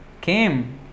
came